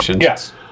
Yes